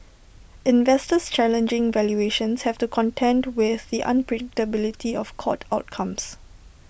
investors challenging valuations have to contend with the unpredictability of court outcomes